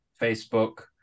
Facebook